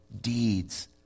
deeds